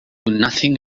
nothing